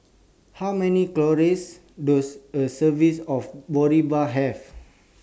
How Many Calories Does A Service of Boribap Have